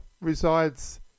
resides